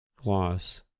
Gloss